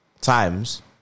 times